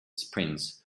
sprints